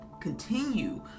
continue